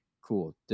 cool